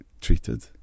treated